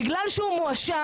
בגלל שהוא מואשם,